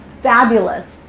fabulous,